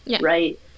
right